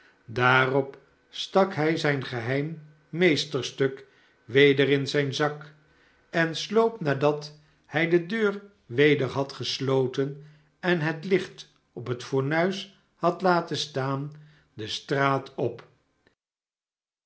daarop stak hij zijn geheim meesterstuk weder in zijn zak en sloop nadat hij de deur weder had gesloten en het licht op het fornuis had laten staan de straat op